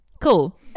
Cool